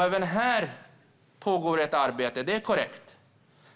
Även här pågår det ett arbete; det är korrekt.